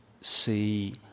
see